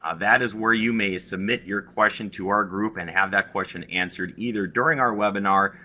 ah that is where you may submit your question to our group, and have that question answered either during our webinar,